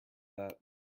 that